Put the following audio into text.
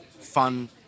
fun